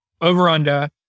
over-under